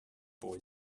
boy